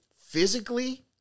Physically